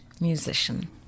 musician